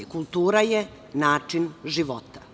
Kultura je način života.